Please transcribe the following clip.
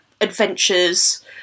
adventures